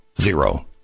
Zero